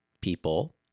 people